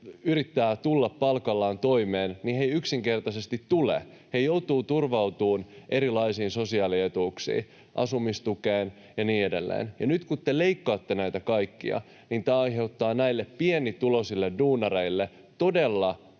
yrittävät tulla palkallaan toimeen, mutta kun he eivät yksinkertaisesti tule, niin he joutuvat turvautumaan erilaisiin sosiaalietuuksiin, asumistukeen ja niin edelleen. Nyt kun te leikkaatte näitä kaikkia, tämä aiheuttaa näille pienituloisille duunareille todella